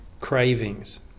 cravings